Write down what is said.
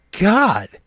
God